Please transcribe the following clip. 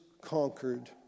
conquered